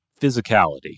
physicality